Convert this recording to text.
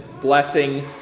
blessing